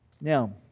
Now